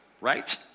right